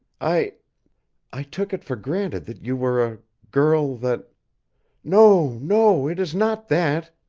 i i took it for granted that you were a girl that no, no, it is not that,